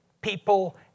people